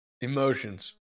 Emotions